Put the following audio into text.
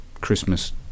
Christmas